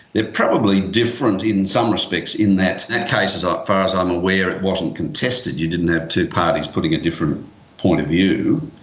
probably different in some respects in that that case, as ah far as i'm aware, it wasn't contested, you didn't have two parties putting a different point of view.